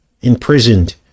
imprisoned